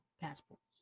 passports